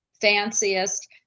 fanciest